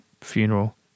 funeral